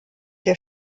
der